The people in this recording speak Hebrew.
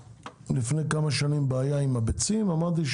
לפני כמה שנים הייתה בעיה עם הביצים ואמרתי,